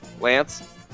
Lance